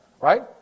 Right